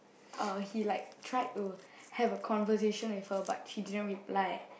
uh he like tried to have a conversation with her but she didn't reply